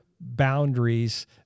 boundaries